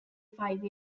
five